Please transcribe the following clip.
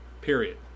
period